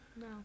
no